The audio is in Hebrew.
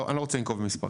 אני לא רוצה לנקוב במספרים.